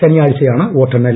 ശനിയാഴ്ചയാണ് വോട്ടെണ്ണൽ